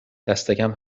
دستکم